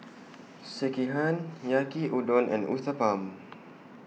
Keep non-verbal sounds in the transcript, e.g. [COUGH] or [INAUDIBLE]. Sekihan Yaki Udon and Uthapam [NOISE]